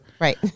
Right